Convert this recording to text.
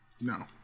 No